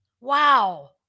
wow